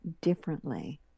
differently